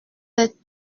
êtes